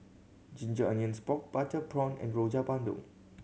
ginger onions pork butter prawn and Rojak Bandung